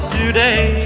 today